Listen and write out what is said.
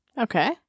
Okay